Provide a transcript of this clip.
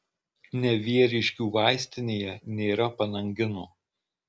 nevieriškių vaistinėje nėra panangino